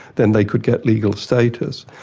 then they could get legal status.